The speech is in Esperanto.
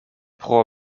pro